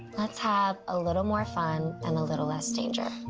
let's have a little more fun and a little less danger.